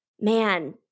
man